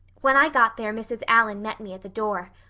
when i got there mrs. allan met me at the door.